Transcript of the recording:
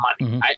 money